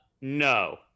No